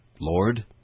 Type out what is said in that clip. Lord